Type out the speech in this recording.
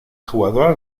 jugador